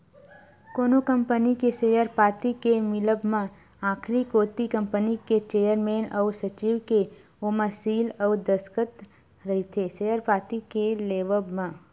कोनो कंपनी के सेयर पाती के मिलब म आखरी कोती कंपनी के चेयरमेन अउ सचिव के ओमा सील अउ दस्कत रहिथे सेयर पाती के लेवब म